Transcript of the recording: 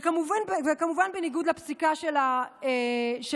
וכמובן בניגוד לפסיקה של המיעוט.